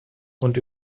und